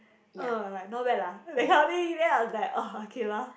orh like not bad lah that kind of thing then I was like orh okay lor